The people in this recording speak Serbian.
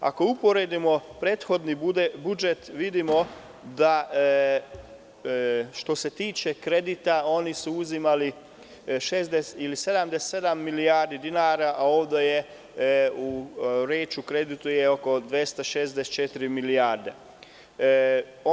Ako poredimo prethodni budžet, vidimo da što se tiče kredita oni su uzimali 77 milijardi dinara, a ovde je reč o kreditu od 264 milijarde dinara.